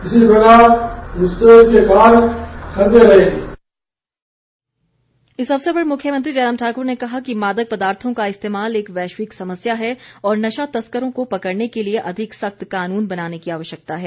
इस अवसर पर मुख्यमंत्री जयराम ठाकुर ने कहा कि मादक पदार्थों का इस्तेमाल एक वैश्विक समस्या है और नशा तस्करों को पकड़ने के लिए अधिक सख्त कानून बनाने की आवश्यकता है